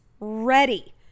ready